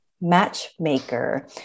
matchmaker